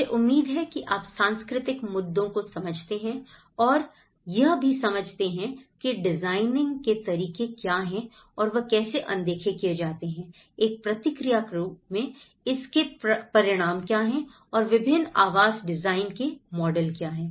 मुझे उम्मीद है कि आप सांस्कृतिक मुद्दों को समझते हैं और और यह भी समझते हैं की डिजाइनिंग के तरीके क्या हैं और वह कैसे अनदेखे किए जाते हैं एक प्रतिक्रिया के रूप में इसके परिणाम क्या हैं और विभिन्न आवास डिजाइन के मॉडल क्या हैं